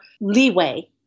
leeway